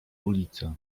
ulica